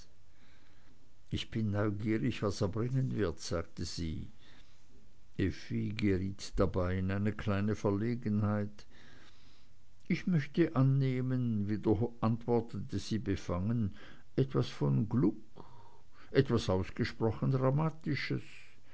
ich bin neugierig was er bringen wird sagte sie effi geriet dabei in eine kleine verlegenheit ich möchte annehmen antwortete sie befangen etwas von gluck etwas ausgesprochen dramatisches